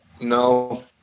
No